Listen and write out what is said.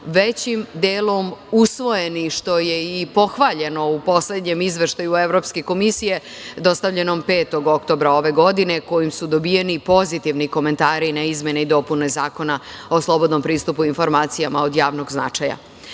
većim delom usvojeni što je i pohvaljeno u poslednjem izveštaju Evropske komisije dostavljenom 5. oktobra ove godine, kojim su dobijeni pozitivni komentari na izmene i dopune Zakona o slobodnom pristupu informacijama od javnog